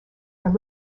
are